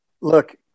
look